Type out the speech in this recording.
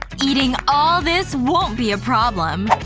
um eating all this won't be a problem.